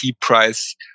price